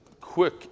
quick